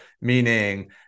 Meaning